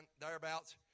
thereabouts